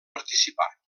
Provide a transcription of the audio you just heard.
participar